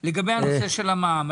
א.מ.א לגבי הנושא של המע"מ.